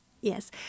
Yes